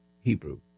Hebrew